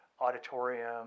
auditorium